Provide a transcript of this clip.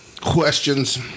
Questions